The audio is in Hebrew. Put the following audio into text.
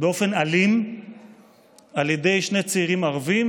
באופן אלים על ידי שני צעירים ערבים,